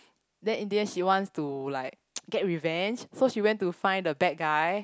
then in the end she wants to like get revenge so she went to find the bad guy